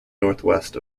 northwest